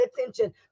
attention